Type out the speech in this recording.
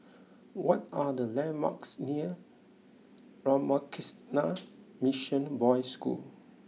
what are the landmarks near Ramakrishna Mission Boys' School